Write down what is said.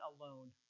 alone